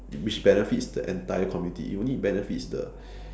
which benefits the entire community it only benefits the